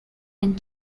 and